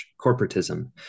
corporatism